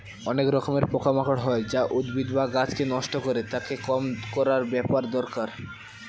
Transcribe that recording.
অনেক রকমের পোকা মাকড় হয় যা উদ্ভিদ বা গাছকে নষ্ট করে, তাকে কম করার ব্যাপার দরকার